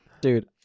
Dude